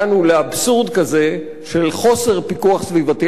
של חוסר פיקוח סביבתי על קידוחי הנפט בישראל.